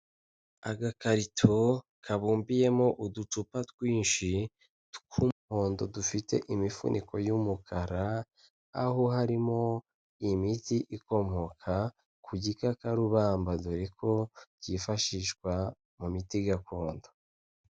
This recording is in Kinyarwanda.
Agakarito kabumbiyemo uducupa twinshi tw'umuhondo dufite imifuniko y'umukara, aho harimo imiti ikomoka ku gikakarubamba, dore ko byifashishwa mu miti gakondo.